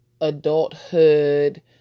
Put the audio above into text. adulthood